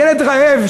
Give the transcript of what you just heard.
ילד רעב,